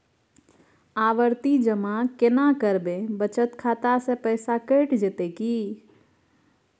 आवर्ति जमा केना करबे बचत खाता से पैसा कैट जेतै की?